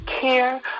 care